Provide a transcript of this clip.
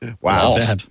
Wow